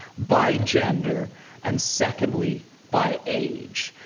by gender and secondly, by age.